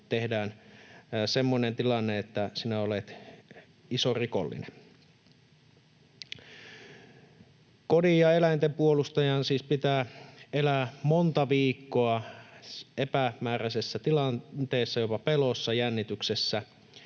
tehdään semmoinen tilanne, että sinä olet iso rikollinen. Kodin ja eläinten puolustajan siis pitää elää monta viikkoa epämääräisessä tilanteessa, jopa pelossa, jännityksessä